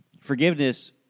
Forgiveness